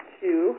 two